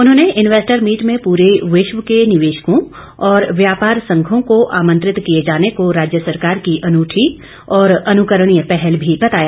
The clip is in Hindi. उन्होंने इन्वेस्टर मीट में पूरे विश्व के निवेशकों और व्यापार संघों को आमंत्रित किए जाने को राज्य सरकार की अनूठी और अनुकरणीय पहल भी बताया